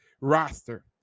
roster